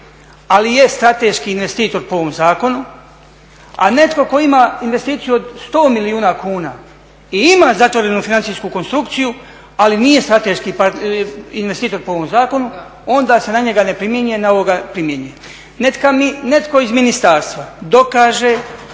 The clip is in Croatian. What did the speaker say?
ali je strateški investitor po ovom zakonu, a netko tko ima investiciju od 100 milijuna kuna i ima zatvorenu financijsku konstrukciju, ali nije strateški investitor po ovom zakonu, onda se na njega ne primjenjuje, na ovoga primjenjuje. Neka mi netko iz ministarstva dokaže